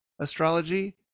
astrology